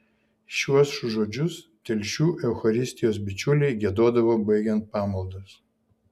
šiuos žodžius telšių eucharistijos bičiuliai giedodavo baigiant pamaldas